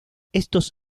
estos